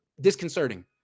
disconcerting